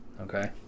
okay